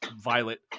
violet